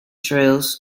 trails